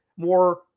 more